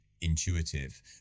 intuitive